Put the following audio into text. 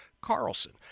Carlson